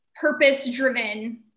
purpose-driven